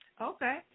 Okay